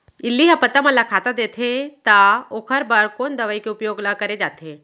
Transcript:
इल्ली ह पत्ता मन ला खाता देथे त ओखर बर कोन दवई के उपयोग ल करे जाथे?